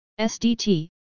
SDT